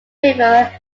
river